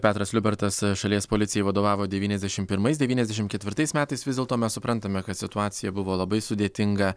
petras liubertas šalies policijai vadovavo devyniasdešim pirmais devyniasdešim ketvirtais metais vis dėlto mes suprantame kad situacija buvo labai sudėtinga